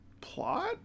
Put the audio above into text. plot